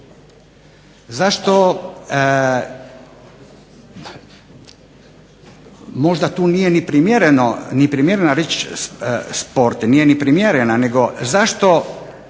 zakone, možda tu nije ni primjereno reći sport, nije ni primjereno, nego zašto